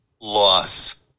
loss